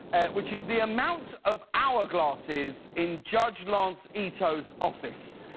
which is the amount of hourglasses in judge lance ito's office.